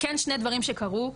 כן שני דברים שקרו,